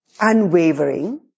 unwavering